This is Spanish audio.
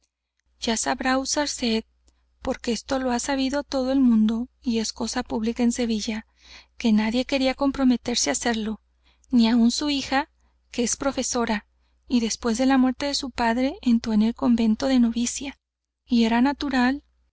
ya sabrá usarced porque esto lo ha sabido todo el mundo y es cosa pública en sevilla que nadie quería comprometerse á hacerlo ni aún su hija que es profesora y después de la muerte de su padre entró en el convento de novicia y era natural